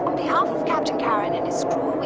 behalf of captain karen and his crew,